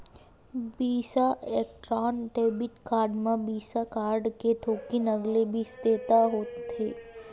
बिसा electron debit card म Visa card ले थोकिन अलगे बिसेसता होथे